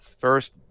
first